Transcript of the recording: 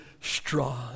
strong